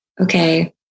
okay